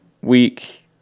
week